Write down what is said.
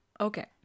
Okay